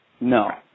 No